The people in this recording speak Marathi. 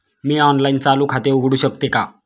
मी ऑनलाइन चालू खाते उघडू शकते का?